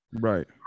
Right